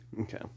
Okay